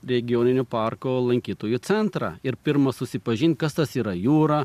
regioninio parko lankytojų centrą ir pirma susipažint kas tas yra jura